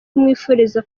kumwifuriza